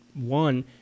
one